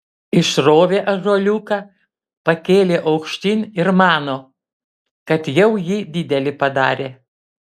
išrovė ąžuoliuką pakėlė aukštyn ir mano kad jau jį didelį padarė